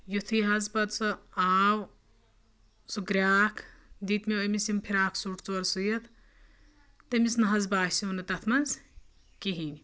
یُتھُے حظ پَتہٕ سُہ آو سُہ گرٛاکھ دِتۍ مےٚ أمِس یِم فِراک سوٗٹ ژور سُوِتھ تٔمِس نہ حظ باسیوٚ نہٕ تَتھ منٛز کِہینۍ